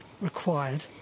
required